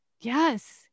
Yes